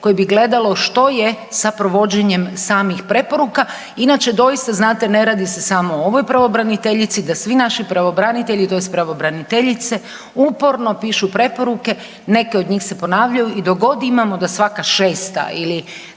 koje bi gledalo što je sa provođenjem samih preporuka. Inače doista znate ne radi se samo o ovoj pravobraniteljici da svi naši pravobranitelji tj. pravobraniteljice uporno pišu preporuke, neke od njih se ponavljaju i dok god imamo da svaka šesta ili